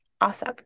Awesome